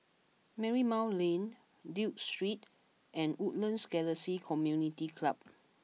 Marymount Lane Duke Street and Woodlands Galaxy Community Club